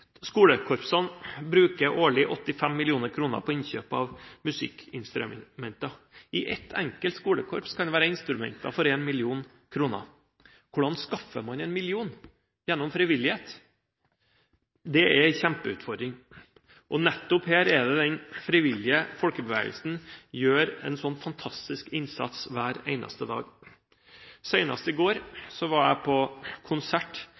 Skolekorpsene bruker årlig 85 mill. kr på innkjøp av musikkinstrumenter. I ett enkelt skolekorps kan det være instrumenter for 1 mill. kr. Hvordan skaffer man 1 mill. kr gjennom frivillighet? Det er en kjempeutfordring. Nettopp her er det den frivillige folkebevegelsen gjør en sånn fantastisk innsats hver eneste dag. Senest i går var jeg på konsert